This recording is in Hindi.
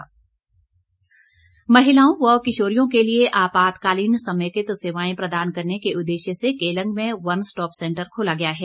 स्टॉप सैंटर महिलाओं व किशोरियों के लिए आपातकालीन समेकित सेवाएं प्रदान करने के उद्देश्य से केलंग में वन स्टॉप सैंटर खोला गया है